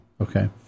Okay